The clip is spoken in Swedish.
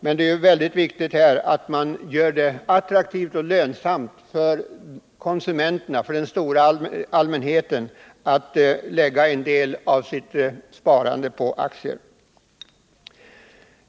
Man bör då sträva efter att göra det attraktivt och lönsamt för konsumenterna, för den stora allmänheten, att placera en del av sitt sparande i aktier.